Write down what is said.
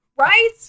Right